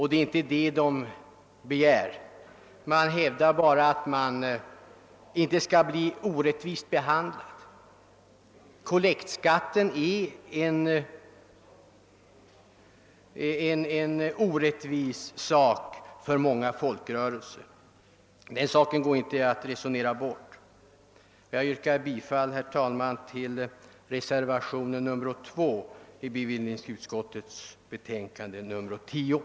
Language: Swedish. Det är inte heller det man begär; man hävdar bara att man inte bör bli orättvist behandlad. Kollektskatten framstår för många folkrörelser som orättvis — den saken går inte att resonera bort. Herr talman! Jag ber att få yrka bifall till reservationen 2.